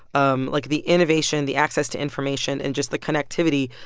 um like, the innovation, the access to information and just the connectivity,